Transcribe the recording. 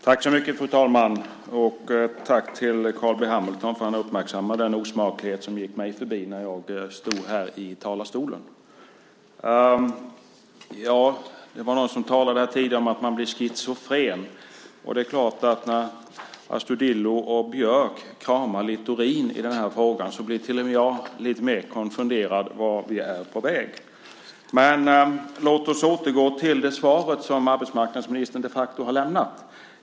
Fru talman! Jag riktar ett tack till Carl B Hamilton för att han uppmärksammade den osmaklighet som gick mig förbi när jag stod här i talarstolen. Det var någon som talade här tidigare om att man blir schizofren. Och det är klart att när Astudillo och Björck kramar Littorin i den här frågan blir till och med jag lite mer konfunderad. Vart är vi på väg? Men låt oss återgå till det svar som arbetsmarknadsministern de facto har lämnat.